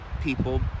people